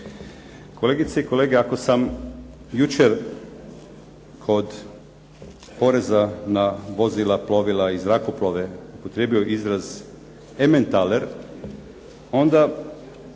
Kolegice i kolege, ako sam jučer kod poreza na vozila, plovila i zrakoplove upotrijebio izraz ementaler, onda